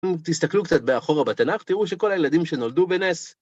אם תסתכלו קצת באחורה בתנ״ך, תראו שכל הילדים שנולדו בנס.